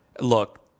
Look